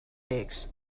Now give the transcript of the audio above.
aches